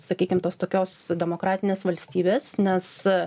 sakykim tos tokios demokratinės valstybės nes